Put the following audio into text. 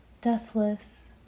Deathless